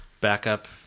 backup